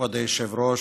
כבוד היושב-ראש,